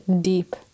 deep